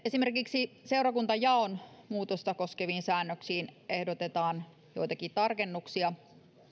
esimerkiksi seurakuntajaon muutosta koskeviin säännöksiin ehdotetaan joitakin tarkennuksia